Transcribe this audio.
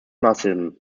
nazism